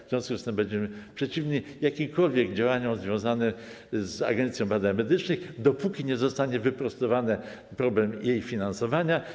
W związku z tym będziemy przeciwni jakimkolwiek działaniom związanym z Agencją Badań Medycznych, dopóki nie zostanie rozwiązany problem jej finansowania.